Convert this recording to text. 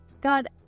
God